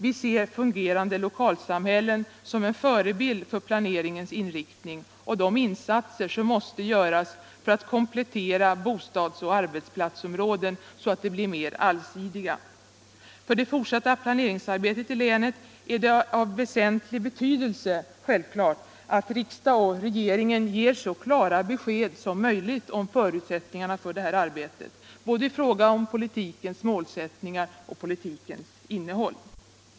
Vi ser fungerande lokalsamhällen som en förebild för planeringens inriktning och de insatser som måste göras för att komplettera bostadsoch arbetsplatsområden så att de blir mer allsidiga. För det fortsatta planeringsarbetet i länet är det självklart av väsentlig betydelse att riksdag och regering ger så klara besked som möjligt om förutsättningarna för detta arbete, både om politikens målsättningar och om politikens innehåll.